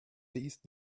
these